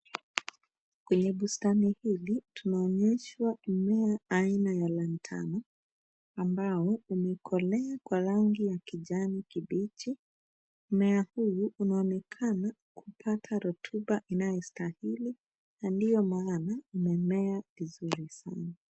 Kwenye bustani hii unaonyesha mimea aina ya[cs ] lantana[cs ] ulio kolea kwa rangi ya kijani kibichi. Mmea huu unaonekana kupata rotuba inayo stahili ndio maana umemea vizuri sana.